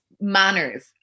Manners